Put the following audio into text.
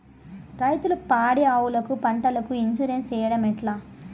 రైతులు పాడి ఆవులకు, పంటలకు, ఇన్సూరెన్సు సేయడం ఎట్లా?